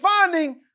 finding